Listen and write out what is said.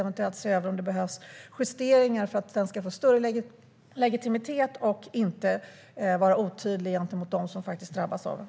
Eventuellt kan man se över om det behövs justeringar för att lagen ska få större legitimitet och inte vara otydlig gentemot dem som drabbas av den.